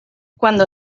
cuando